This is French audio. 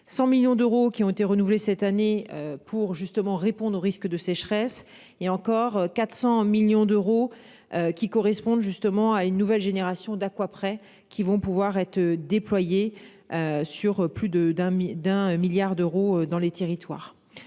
100 millions d'euros qui ont été renouvelés cette année pour justement répondre au risque de sécheresse et encore 400 millions d'euros qui correspondent justement à une nouvelle génération d'Aqua près qui vont pouvoir être déployés. Sur plus de d'un d'un milliard d'euros dans les territoires.